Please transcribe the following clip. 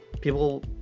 people